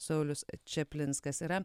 saulius čaplinskas yra